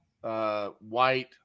white